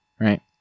right